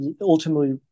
ultimately